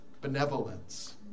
benevolence